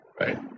right